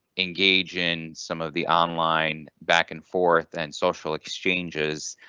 engage in some of the online back and forth and social exchanges.